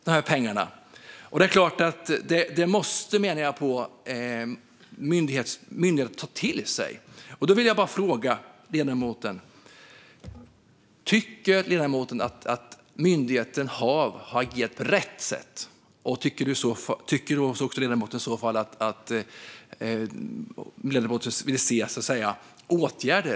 Det är klart att myndigheten måste ta till sig detta. Då vill jag bara fråga ledamoten: Tycker ledamoten att myndigheten HaV har agerat på rätt sätt? Vill ledamoten att det vidtas åtgärder?